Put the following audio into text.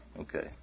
Okay